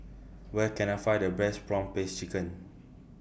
Where Can I Find The Best Prawn Paste Chicken